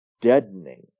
deadening